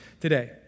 today